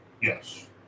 Yes